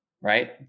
right